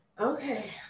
Okay